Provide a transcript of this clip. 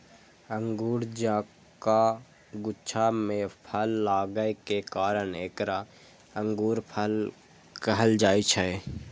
अंगूर जकां गुच्छा मे फल लागै के कारण एकरा अंगूरफल कहल जाइ छै